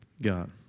God